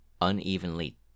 unevenly